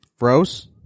Rose